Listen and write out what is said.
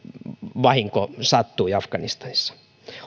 vahinko sattui afganistanissa